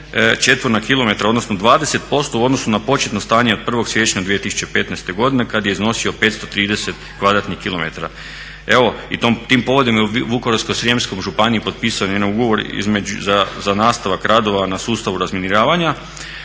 četvorna kilometra, odnosno 20% u odnosu na početno stanje od 1. siječnja 2015. godine kad je iznosio 530 kvadratnih kilometara. Evo i tim povodom je u Vukovarsko-srijemskoj županiji potpisan jedan ugovor za nastavak radova na sustavu razminiravanja